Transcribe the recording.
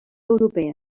europea